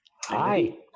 Hi